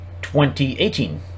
2018